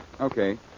Okay